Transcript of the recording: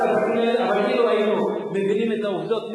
אילו היינו מבינים את העובדות,